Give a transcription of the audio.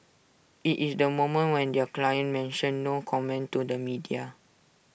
IT is the moment when their clients mention no comment to the media